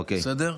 אוקיי.